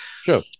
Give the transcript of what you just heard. Sure